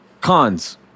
Cons